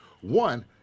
one